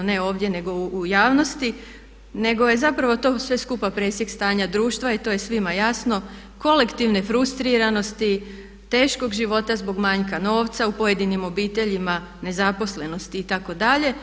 Ne ovdje nego u javnosti, nego je zapravo to sve skupa presjek stanja društva i to je svima jasno, kolektivne frustriranosti, teškog života zbog manjka novca u pojedinim obiteljima, nezaposlenost itd.